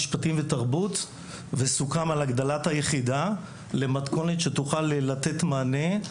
משפטים ותרבות וסוכם על הגדלת היחידה למתכונת שתוכל לתת מענה.